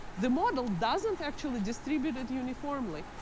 the model doesn't actually distribute it uniformly.